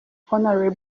hon